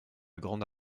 grande